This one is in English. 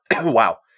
wow